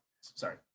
sorry